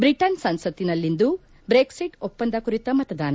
Britain ಸಂಸತ್ತಿನಲ್ಲಿ ಇಂದು Brexit ಒಪ್ಪಂದ ಕುರಿತ ಮತದಾನ